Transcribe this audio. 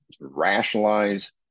rationalize